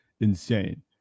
insane